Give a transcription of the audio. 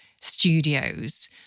studios